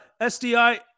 SDI